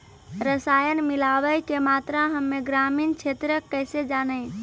रसायन मिलाबै के मात्रा हम्मे ग्रामीण क्षेत्रक कैसे जानै?